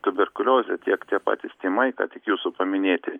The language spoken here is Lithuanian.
tuberkuliozė tiek tie patys tymai ką tik jūsų paminėti